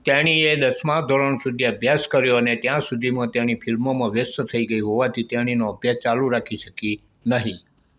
તેણીએ દસમા ધોરણ સુધી અભ્યાસ કર્યો અને ત્યાં સુધીમાં તેણી ફિલ્મોમાં વ્યસ્ત થઈ ગઈ હોવાથી તેણીનો અભ્યાસ ચાલુ રાખી શકી નહીં